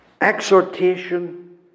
exhortation